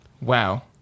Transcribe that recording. wow